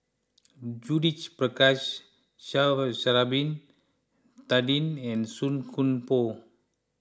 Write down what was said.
Judith Prakash Sha'ari Bin Tadin and Song Koon Poh